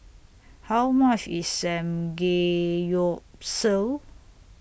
How much IS Samgeyopsal